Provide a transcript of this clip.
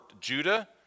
Judah